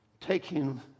taking